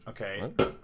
Okay